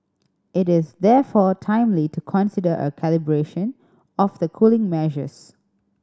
it is therefore timely to consider a calibration of the cooling measures